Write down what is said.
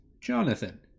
jonathan